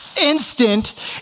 instant